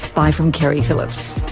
bye from keri phillips